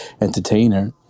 entertainer